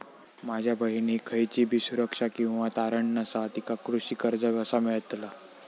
माझ्या बहिणीक खयचीबी सुरक्षा किंवा तारण नसा तिका कृषी कर्ज कसा मेळतल?